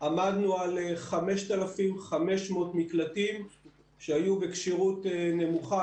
עמדנו על 5,500 מקלטים שהיו בכשירות נמוכה,